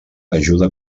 ajuda